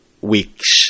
weeks